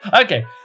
Okay